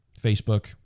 Facebook